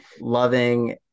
loving